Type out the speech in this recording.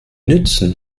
nützen